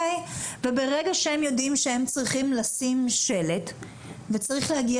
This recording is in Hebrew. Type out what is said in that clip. ברגע שהם יודעים שהם צריכים לשים שלט וצריך להגיע